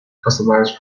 customized